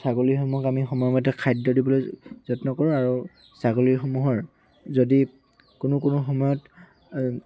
ছাগলীসমূহক আমি সময়মতে খাদ্য দিবলৈ যত্ন কৰোঁ আৰু ছাগলীসমূহৰ যদি কোনো কোনো সময়ত